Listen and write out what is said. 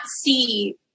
see